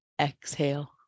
Exhale